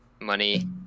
money